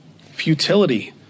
Futility